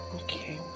Okay